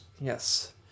Yes